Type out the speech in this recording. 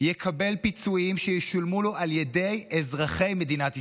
יקבל פיצויים שישולמו לו על ידי אזרחי מדינת ישראל.